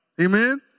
Amen